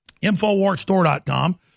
InfoWarsStore.com